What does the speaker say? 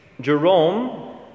Jerome